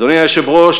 אדוני היושב-ראש,